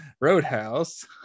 roadhouse